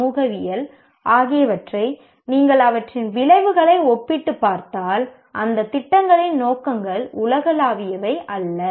சமூகவியல் ஆகியவற்றை நீங்கள் அவற்றின் விளைவுகளை ஒப்பிட்டுப் பார்த்தால் அந்த திட்டங்களின் நோக்கங்கள் உலகளாவியவை அல்ல